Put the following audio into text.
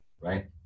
Right